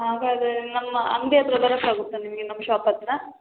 ಹಾಗಾದರೇ ನಮ್ಮ ಅಂಗಡಿ ಹತ್ತಿರ ಬರೋಕಾಗುತ್ತ ನಿಮಗೆ ನಮ್ಮ ಶಾಪ್ ಹತ್ರ